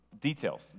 details